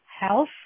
health